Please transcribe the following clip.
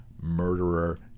murderer